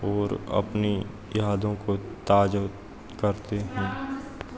और अपनी यादों को ताजा करते हैं